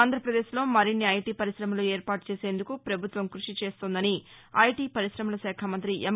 అంధ్రప్రదేశ్లో మరిన్ని ఐటి పర్శితమలు ఏర్పాటు చేసేందుకు ప్రభుత్వం కృషి చేస్తోందని ఐటి పర్కిశమల శాఖ మంతి ఎం